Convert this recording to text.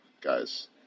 guys